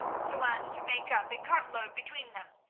so as to make up a cartload between them,